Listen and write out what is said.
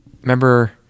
remember